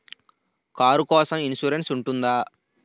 Car కోసం insurance ఉంటుందా?